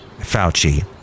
Fauci